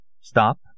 Stop